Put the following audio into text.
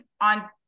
on